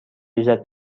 کشد